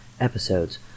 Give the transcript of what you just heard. episodes